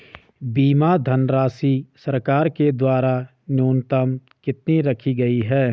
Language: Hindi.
बीमा धनराशि सरकार के द्वारा न्यूनतम कितनी रखी गई है?